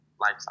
life